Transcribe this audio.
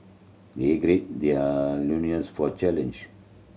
they their loins for challenge